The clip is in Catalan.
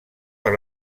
per